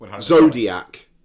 Zodiac